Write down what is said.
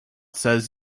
says